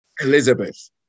Elizabeth